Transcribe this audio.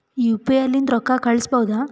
UPI ಲಿಂದ ರೊಕ್ಕ ಕಳಿಸಬಹುದಾ?